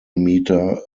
meter